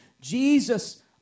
Jesus